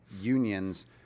unions